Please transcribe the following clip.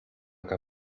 que